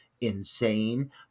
insane